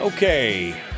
Okay